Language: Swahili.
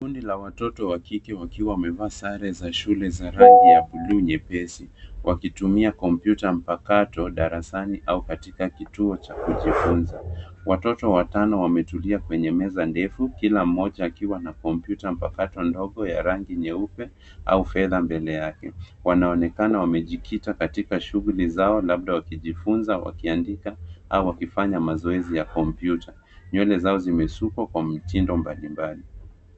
Kundi la watoto wa kike wakiwa wamevaa sare za shule za rangi ya buluu nyepesi. Wakitumia kompyuta mpakato darasani au katika kituo cha kujifunza. Watoto watano wametulia kwenye meza ndefu, kila mmoja akiwa na kompyuta mpakato ndogo ya rangi nyeupe au fedha mbele yake. Wanaonekana wamejikita katika shughuli zao labda wakijifunza, wakiandika au wakifanya mazoezi ya kompyuta. Nywele zao zimesukwa kwa mitindo mbalimbali.